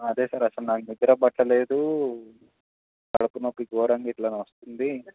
అదే సార్ అసలు నాకు నిద్ర పట్టలేదు కడుపు నొప్పి ఘోరంగా ఇట్లా వస్తుంది